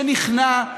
שנכנע,